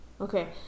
Okay